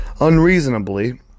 unreasonably